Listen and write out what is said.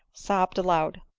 sobbed aloud.